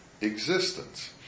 existence